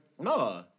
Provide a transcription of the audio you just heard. No